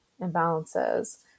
imbalances